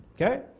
Okay